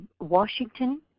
Washington